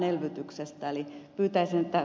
pyytäisin että ed